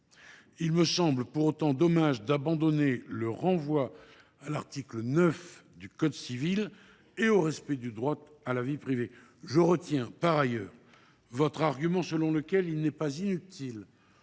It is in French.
il me semble cependant dommage d’abandonner le renvoi à l’article 9 du code civil et au respect du droit à la vie privée. Je retiens, par ailleurs, votre argument selon lequel il n’est pas inutile